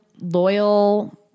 loyal